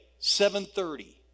7.30